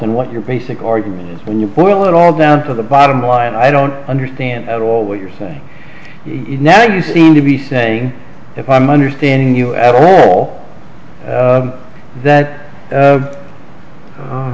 in what your basic argument is when you boil it all down to the bottom line i don't understand at all what you're saying you now you seem to be thing if i'm understanding you at all that